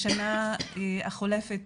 בשנה החולפת,